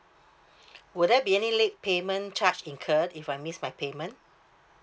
would there be any late payment charge incurred if I miss my payment